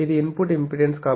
ఇది input impedance